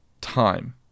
time